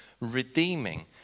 redeeming